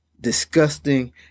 disgusting